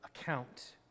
account